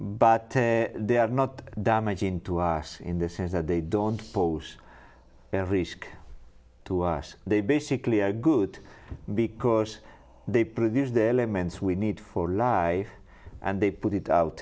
but they are not damaging to us in the sense that they don't pose a risk to us they basically are good because they produce the elements we need for lie and they put it out